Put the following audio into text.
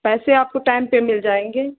पैसे आपको टाइम पर मिल जाएँगे